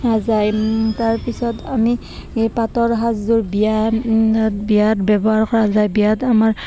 কৰা যায় তাৰপিছত আমি এই পাটৰ সাজযোৰ বিয়া বিয়াত ব্যৱহাৰ কৰা যায় বিয়াত আমাৰ